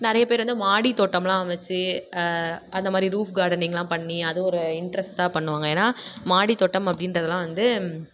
நிறைய பேர் வந்து மாடித் தோட்டம்லாம் அமைச்சு அந்த மாதிரி ரூஃப் கார்டனிங்குலாம் பண்ணி அது ஒரு இன்ட்ரெஸ்ட்டாக பண்ணுவாங்க ஏன்னா மாடித் தோட்டம் அப்படின்றதுலாம் வந்து